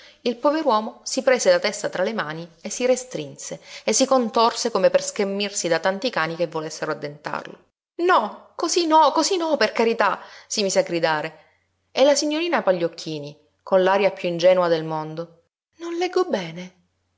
superflua il pover'uomo si prese la testa tra le mani e si restrinse e si contorse come per schermirsi da tanti cani che volessero addentarlo no cosí no cosí no per carità si mise a gridare e la signorina pagliocchini con l'aria piú ingenua del mondo non leggo bene